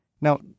Now